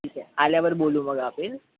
ठीक आहे आल्यावर बोलू मग आपण